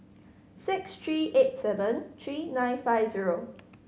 six three eight seven three nine five zero